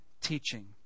teaching